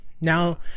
Now